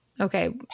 Okay